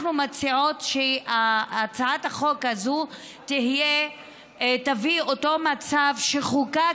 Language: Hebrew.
אנחנו מציעות שהצעת החוק הזו תביא לאותו מצב שחוקק